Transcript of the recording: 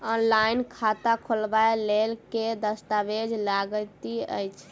Online खाता खोलबय लेल केँ दस्तावेज लागति अछि?